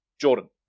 Jordan